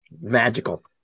Magical